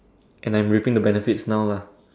and I'm reaping the benefits now lah